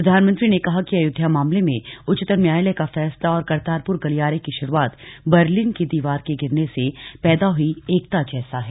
प्रधानमंत्री ने कहा कि अयोध्या मामले में उच्चतम न्यायालय का फैसला और करतारपुर गलियारे की शुरुआत बर्लिन की दीवार के गिरने से पैदा हुई एकता जैसा है